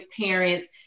parents